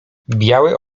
biały